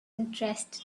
interested